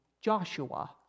Joshua